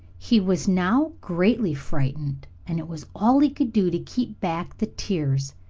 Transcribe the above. he was now greatly frightened and it was all he could do to keep back the tears.